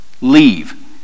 Leave